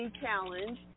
Challenge